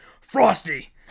Frosty